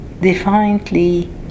defiantly